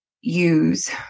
use